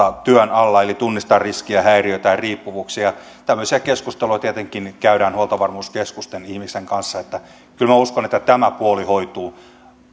työn alla eli tunnistetaan riskejä häiriöitä tai riippuvuuksia tämmöisiä keskusteluja tietenkin käydään huoltovarmuuskeskuksen ihmisten kanssa kyllä minä uskon että tämä puoli hoituu